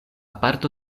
parto